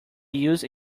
used